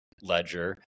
ledger